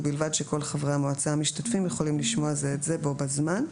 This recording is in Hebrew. ובלבד שכל חברי המועצה המשתתפים יכולים לשמוע זה את זה בו בזמן.